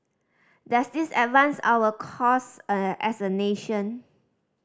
does this advance our cause as a nation